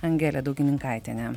angelė daugininkaitienė